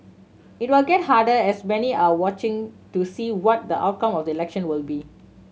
it will get harder as many are watching to see what the outcome of the election will be